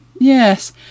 yes